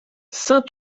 saint